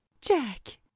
jack